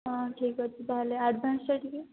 ହଁ ଠିକ୍ ଅଛି ତା'ହେଲେ ଆଡ଼୍ଭାନ୍ସଟା ଟିକିଏ